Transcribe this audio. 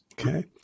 Okay